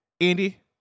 Andy